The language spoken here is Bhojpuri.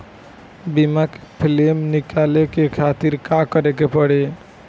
बीमा के क्लेम निकाले के खातिर का करे के पड़ी?